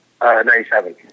97